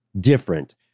different